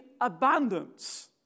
abundance